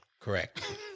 Correct